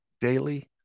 Daily